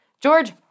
George